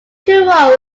too